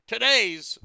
today's